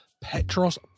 Petros